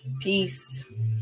Peace